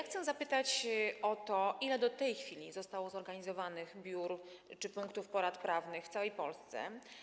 Chcę zapytać o to, ile do tej chwili zostało zorganizowanych biur czy punktów porad prawnych w całej Polsce.